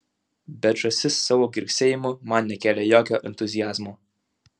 bet žąsis savo girgsėjimu man nekėlė jokio entuziazmo